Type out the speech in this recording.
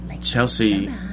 Chelsea